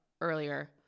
earlier